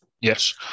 Yes